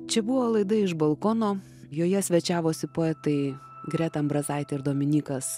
čia buvo laida iš balkono joje svečiavosi poetai greta ambrazaitė ir dominykas